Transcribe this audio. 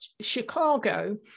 Chicago